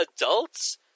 adults